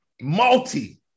Multi